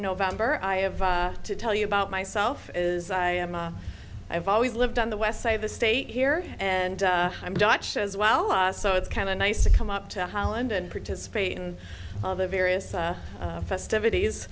november i have to tell you about myself is i am a i've always lived on the west side of the state here and i'm dutch as well so it's kind of nice to come up to holland and participate in the various festivities